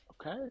Okay